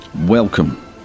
Welcome